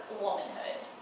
womanhood